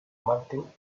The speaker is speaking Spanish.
martin